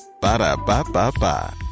Ba-da-ba-ba-ba